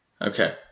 Okay